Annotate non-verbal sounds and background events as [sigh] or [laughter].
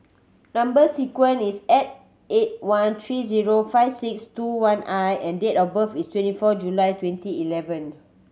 number sequence is [unintelligible] eight one three zero five six two one I and date of birth is twenty fourth July twenty eleven